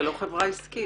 זה לא חברה עסקית.